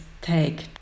take